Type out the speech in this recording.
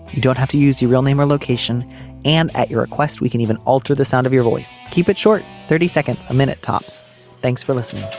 you don't have to use your real name or location and at your request we can even alter the sound of your voice. keep it short thirty seconds a minute tops thanks for listening